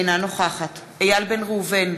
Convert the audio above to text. אינה נוכחת איל בן ראובן,